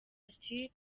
ati